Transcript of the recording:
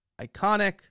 Iconic